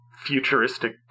futuristic